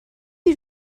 you